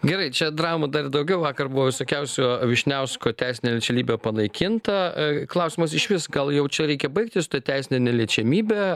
gerai čia dramų dar daugiau vakar buvo visokiausių vyšniausko teisinė neliečiamybė panaikinta klausimas išvis gal jau čia reikia baigti su ta teisine neliečiamybe